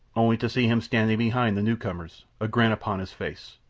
only to see him standing behind the newcomers, a grin upon his face.